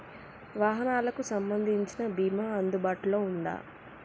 వాహనాలకు సంబంధించిన బీమా అందుబాటులో ఉందా?